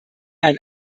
ein